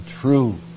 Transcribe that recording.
true